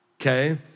okay